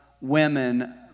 women